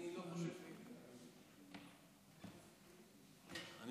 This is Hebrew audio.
אני